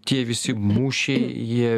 tie visi mūšiai jie